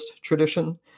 tradition